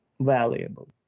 valuable